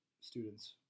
students